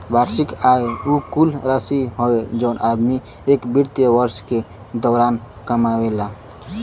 वार्षिक आय उ कुल राशि हौ जौन आदमी एक वित्तीय वर्ष के दौरान कमावला